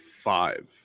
five